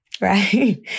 right